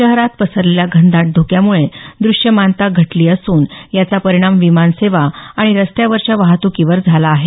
शहरात पसरलेल्या घनदाट धुक्यामुळे दृश्यमानता घटली असून याचा परिणाम विमानसेवा आणि रस्त्यावरच्या वाहतुकीवर झाला आहे